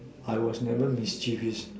I was never mischievous